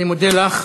אני מודה לך.